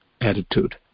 attitude